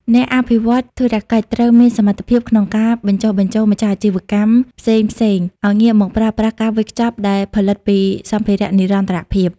អ្នកអភិវឌ្ឍន៍ធុរកិច្ចត្រូវមានសមត្ថភាពក្នុងការបញ្ចុះបញ្ចូលម្ចាស់អាជីវកម្មផ្សេងៗ ឱ្យងាកមកប្រើប្រាស់ការវេចខ្ចប់ដែលផលិតពីសម្ភារៈនិរន្តរភាព។